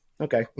Okay